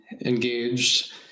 engaged